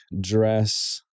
dress